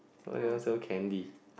why you never sell candy